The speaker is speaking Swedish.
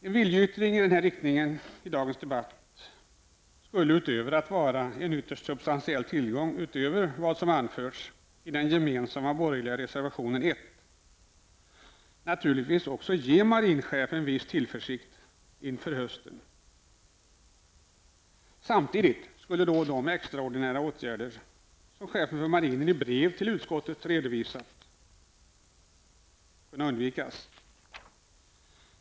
En viljeyttring i denna riktning här i dagens debatt skulle, utöver att vara en ytterligare substantiell tillgång utöver vad som anförts i den gemensamma borgerliga reservationen 1, naturligtvis också ge marinchefen viss tillförsikt inför hösten. Samtidigt skulle en del av de extraordinära åtgärder som chefen för marinen i brev redovisat för utskottet kunna undvikas.